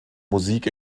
musik